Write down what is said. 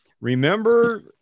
Remember